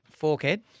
Forkhead